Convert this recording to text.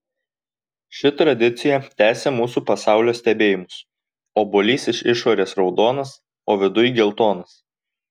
ši tradicija tęsia mūsų pasaulio stebėjimus obuolys iš išorės raudonas o viduj geltonas